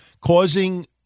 causing